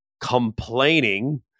complaining